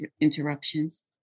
interruptions